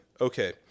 okay